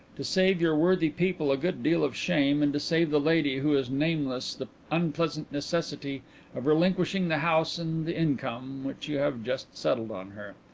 to save your worthy people a good deal of shame, and to save the lady who is nameless the unpleasant necessity of relinquishing the house and the income which you have just settled on her.